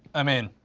i mean,